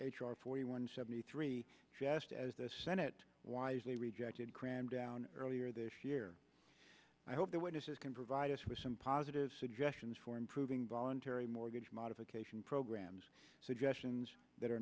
r forty one seventy three just as the senate wisely rejected cramdown earlier this year i hope that witnesses can provide us with some positive suggestions for improving voluntary mortgage modification programs suggestions that are